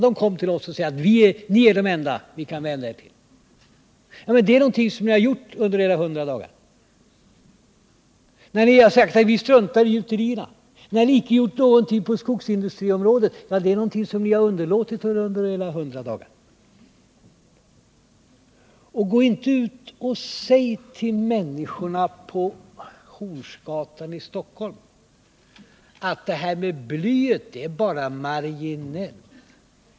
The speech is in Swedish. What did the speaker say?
De kom till oss och sade: Ni är de enda vi kan vända oss till. Det är något som ni har gjort under era hundra dagar. När ni har sagt att vi struntar i gjuterierna, när ni inte har gjort någonting på skogsindustriområdet, så är det något som ni har underlåtit under era hundra dagar. Gå nu inte ut och säg till människorna på Hornsgatan i Stockholm att blyhalten i bensinen bara är någonting marginellt!